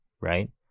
right